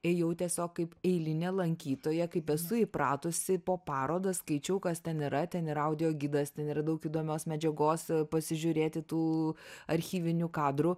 ėjau tiesiog kaip eilinė lankytoja kaip esu įpratusi po parodas skaičiau kas ten yra ten yra audio gidas ten yra daug įdomios medžiagos pasižiūrėti tų archyvinių kadrų